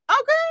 Okay